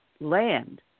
land